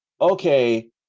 okay